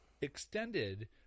Extended